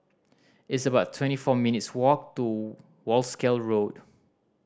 it's about twenty four minutes' walk to Wolskel Road